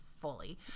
fully